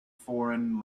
foreign